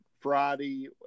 friday